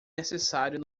necessário